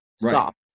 stop